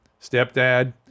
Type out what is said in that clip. stepdad